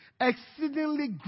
Exceedingly